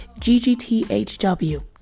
ggthw